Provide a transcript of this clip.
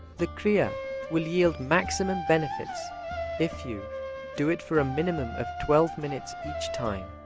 the kriya will yield maximum benefits if you do it for a minimum of twelve minutes each time.